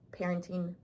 parenting